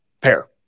pair